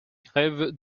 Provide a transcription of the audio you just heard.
grèves